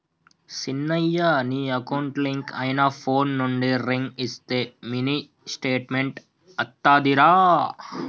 సిన్నయ నీ account link అయిన ఫోన్ నుండి రింగ్ ఇస్తే మినీ స్టేట్మెంట్ అత్తాదిరా